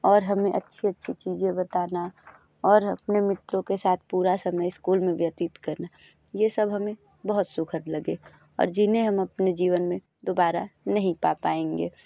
और हमें अच्छी अच्छी चीज़ें बताना और अपने मित्रों के साथ पूरा समय स्कूल में व्यतीत करना ये सब हमें बहुत सुखद लगे और जिन्हें हम अपने जीवन में दुबारा नहीं पा पाएंगे